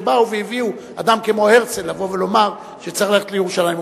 שהביאו אדם כמו הרצל לבוא ולומר שצריך ללכת לירושלים,